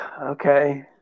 okay